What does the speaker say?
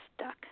stuck